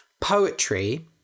Poetry